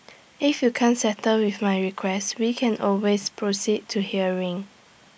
if you can't settle with my request we can always proceed to hearing